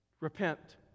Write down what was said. Repent